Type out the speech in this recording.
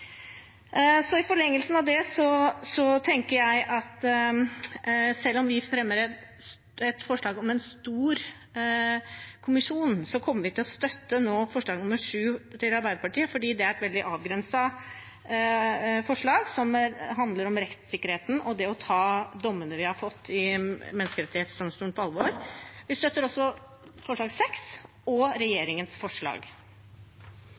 I forlengelsen av det, selv om vi fremmer et forslag om en stor kommisjon, kommer vi nå til å støtte forslag nr. 7, fra Arbeiderpartiet, fordi det er et veldig avgrenset forslag som handler om rettssikkerheten og det å ta dommene vi har fått i Menneskerettighetsdomstolen, på alvor. Vi støtter også forslag nr. 6 og